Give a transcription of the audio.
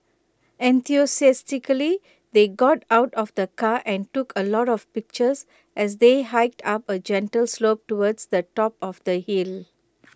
enthusiastically they got out of the car and took A lot of pictures as they hiked up A gentle slope towards the top of the hill